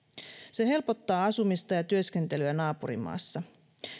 se helpottaa asumista ja työskentelyä naapurimaassa